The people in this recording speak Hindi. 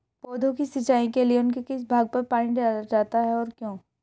पौधों की सिंचाई के लिए उनके किस भाग पर पानी डाला जाता है और क्यों?